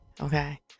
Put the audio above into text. okay